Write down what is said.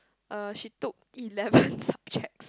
uh she took eleven subjects